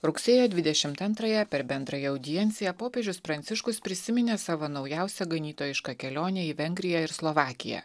rugsėjo dvidešimt antrąją per bendrąją audienciją popiežius pranciškus prisiminė savo naujausią ganytojišką kelionę į vengriją ir slovakiją